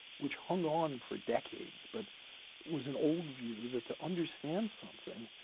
which hung on for decades. but was an old view that to understand something,